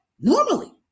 normally